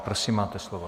Prosím, máte slovo.